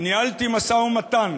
ניהלתי משא-ומתן